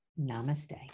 Namaste